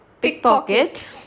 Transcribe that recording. pickpocket